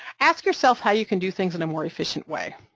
ask yourself how you can do things in a more efficient way.